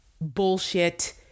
bullshit